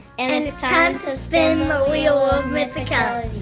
and and it's time to spin the wheel of!